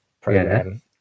program